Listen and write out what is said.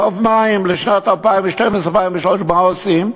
חוב מים לשנים 2013-2012. מה עושים?